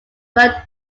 worked